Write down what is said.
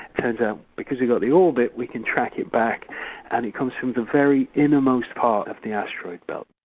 and and because we've got the orbit we can track it back and it comes from the very innermost part of the asteroid belt.